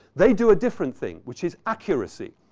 they do a different thing, which is accuracy.